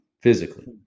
physically